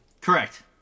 Correct